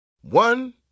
One